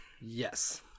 Yes